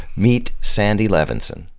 meet sandy levinson.